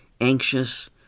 anxious